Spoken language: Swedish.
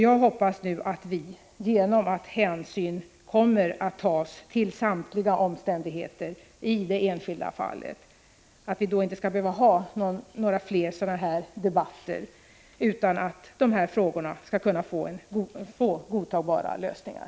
Jag hoppas nu att vi, genom att hänsyn kommer att tas till samtliga omständigheter i det enskilda fallet, inte skall behöva föra några fler debatter om de här problemen utan att de kommer att få godtagbara lösningar.